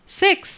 six